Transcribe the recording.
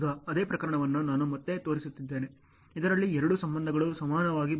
ಈಗ ಅದೇ ಪ್ರಕರಣವನ್ನು ನಾನು ಮತ್ತೆ ತೋರಿಸಿದ್ದೇನೆ ಇದರಲ್ಲಿ ಎರಡೂ ಸಂಬಂಧಗಳು ಸಮಾನವಾಗಿ ಬದಲಾಗುತ್ತಿವೆ